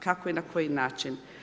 Kako i na koji način?